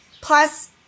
Plus